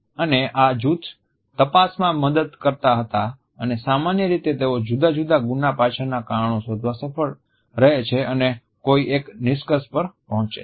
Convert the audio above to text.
અને આ જૂથ તપાસમાં મદદ કરતા હતા અને સામાન્ય રીતે તેઓ જુદા જુદા ગુના પાછળના કારણો શોધવા સફળ રહે છે અને કોઈ એક નિષ્કર્ષ પર પહોચે છે